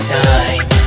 time